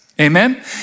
Amen